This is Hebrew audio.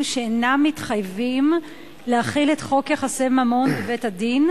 שאינם מתחייבים להחיל את חוק יחסי ממון בבית-הדין